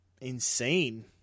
insane